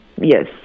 Yes